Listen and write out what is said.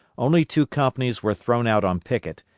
only two companies were thrown out on picket,